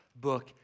book